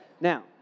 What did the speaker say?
Now